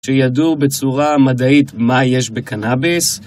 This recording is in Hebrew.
שידון בצורה מדעית: מה יש בקנאביס?